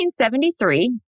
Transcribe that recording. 1973